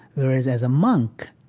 whereas as a monk,